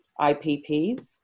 IPPs